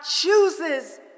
chooses